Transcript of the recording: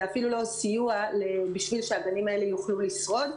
זה אפילו לא סיוע כדי שהגנים האלה יוכלו לשרוד,